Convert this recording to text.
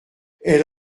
elle